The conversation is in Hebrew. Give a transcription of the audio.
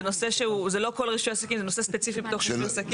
זה לא כל רישוי עסקים זה נושא ספציפי בתוך רישוי עסקים.